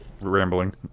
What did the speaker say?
rambling